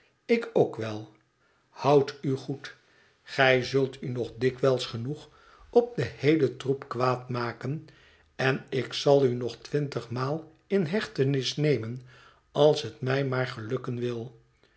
ik ook wel houd u goed gij zult u nog dikwijls genoeg op den heelen troep kwaad maken en ik zal u nog twintigmaal in hechtenis nemen als het mij maar gelukken wil